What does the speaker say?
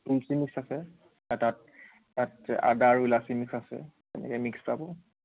তুলসী mix আছে এটাত এটাত আদা আৰু ইলাচি মিক্স আছে তেনেকৈ মিক্স পাব